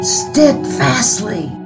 steadfastly